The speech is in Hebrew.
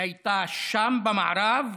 שהייתה שם, במערב,